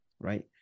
right